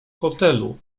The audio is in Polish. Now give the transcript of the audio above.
hotelu